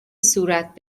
صورت